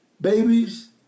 babies